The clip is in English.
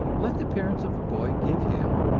let the parents of the boy give him,